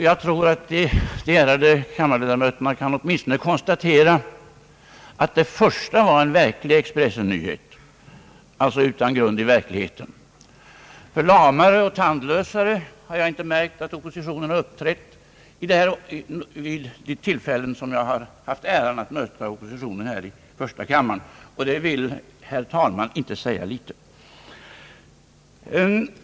Jag tror att de ärade kammarledamöterna kan konstatera att åtminstone det första var en verklig Expressen-nyhet, alltså utan grund i verkligheten, ty lamare och tandlösare har jag inte märkt att oppositionen uppträtt vid något tillfälle som jag haft möjlighet att möta den här i kammaren. Det vill, herr talman, inte säga litet.